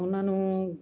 ਉਹਨਾਂ ਨੂੰ